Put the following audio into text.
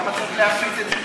למה צריך להפריט את זה?